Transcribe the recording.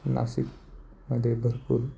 नाशिकमध्ये भरपूर